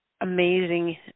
amazing